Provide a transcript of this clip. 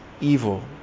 evil